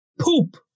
poop